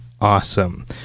awesome